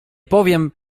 powiem